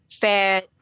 fair